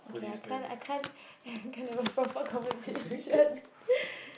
okay I can't I can't I can't have a proper conversation